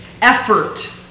effort